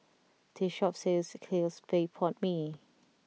this shop sells Clay Pot Mee